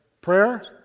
Prayer